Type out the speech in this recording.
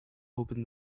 open